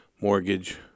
mortgage